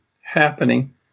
happening